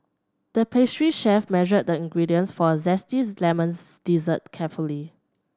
the pastry chef measured the ingredients for a zesty lemons dessert carefully